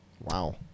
Wow